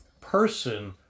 person